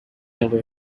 away